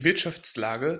wirtschaftslage